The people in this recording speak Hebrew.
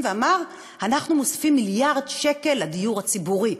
ואמר: אנחנו מוסיפים מיליארד שקל לדיור הציבורי.